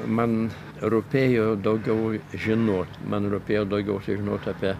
man rūpėjo daugiau žinot man rūpėjo daugiau sužinot apie